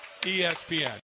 ESPN